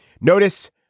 Notice